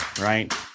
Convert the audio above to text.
right